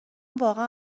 واقعا